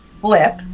flip